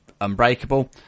unbreakable